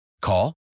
Call